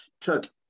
took